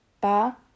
ba